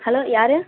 hello யார்